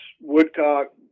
woodcock